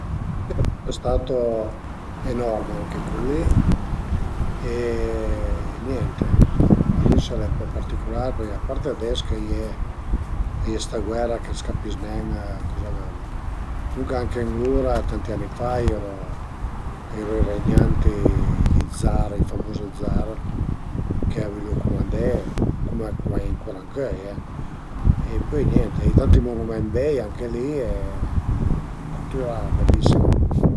Ma lon che mangiu sempre pi vulenté al e la pasta süita, la pasta süita anche dui spaghetti ën bianch cun ël parmigian e ën po dë puvrunin, però a dipend anche da la stagiun, magari a ie cula stagiun che a s'pöl fese la bagna cauda e alura mangiu la bagna cauda, se no ël minestrun o anche mach la minestrin-a